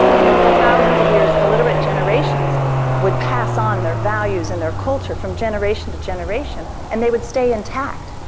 you know, for thousands of years, illiterate generations would pass on their values and their culture from generation to generation, and they would stay intact.